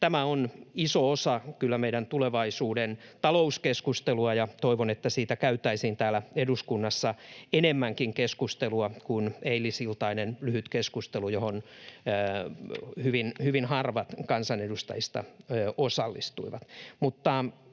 Tämä on kyllä iso osa meidän tulevaisuuden talouskeskustelua, ja toivon, että siitä käytäisiin täällä eduskunnassa enemmänkin keskustelua kuin eilisiltainen lyhyt keskustelu, johon kansanedustajista hyvin harvat